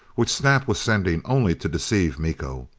which snap was sending only to deceive miko.